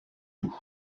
tout